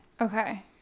Okay